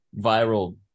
viral